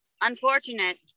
Unfortunate